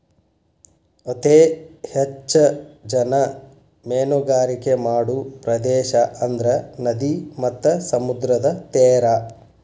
ಅತೇ ಹೆಚ್ಚ ಜನಾ ಮೇನುಗಾರಿಕೆ ಮಾಡು ಪ್ರದೇಶಾ ಅಂದ್ರ ನದಿ ಮತ್ತ ಸಮುದ್ರದ ತೇರಾ